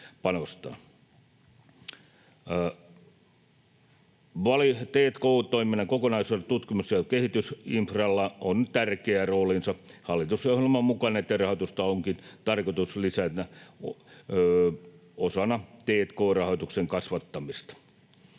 T&k-toiminnan kokonaisuudessa tutkimus- ja kehitysinfralla on tärkeä roolinsa. Hallitusohjelman mukaan niiden rahoitusta onkin tarkoitus lisätä osana t&k-rahoituksen kasvattamista,